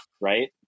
right